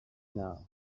now